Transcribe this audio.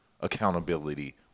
accountability